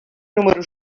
número